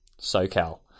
SoCal